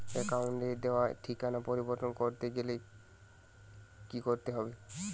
অ্যাকাউন্টে দেওয়া ঠিকানা পরিবর্তন করতে গেলে কি করতে হবে?